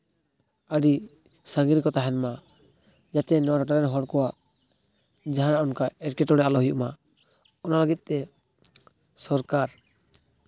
ᱟᱹᱰᱤ ᱥᱟᱺᱜᱤᱧ ᱨᱮᱠᱚ ᱛᱟᱦᱮᱱ ᱢᱟ ᱡᱟᱛᱮ ᱱᱚᱣᱟ ᱴᱚᱴᱷᱟ ᱨᱮᱱ ᱦᱚᱲ ᱠᱚᱣᱟᱜ ᱡᱟᱦᱟᱸ ᱚᱱᱠᱟ ᱮᱸᱴᱠᱮᱴᱚᱬᱮ ᱟᱞᱚ ᱦᱩᱭᱩᱜᱼᱢᱟ ᱚᱱᱟ ᱞᱟᱹᱜᱤᱫ ᱛᱮ ᱥᱚᱨᱠᱟᱨ